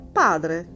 padre